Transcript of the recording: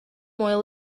oil